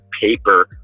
paper